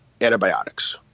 antibiotics